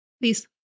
Please